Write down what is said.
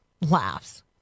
laughs